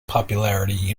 popularity